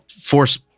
Force